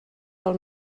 del